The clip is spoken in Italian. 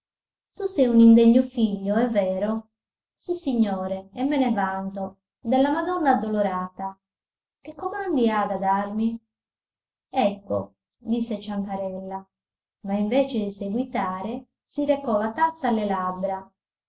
tu sei un indegno figlio è vero sissignore e me ne vanto della madonna addolorata che comandi ha da darmi ecco disse ciancarella ma invece di seguitare si recò la tazza alle labbra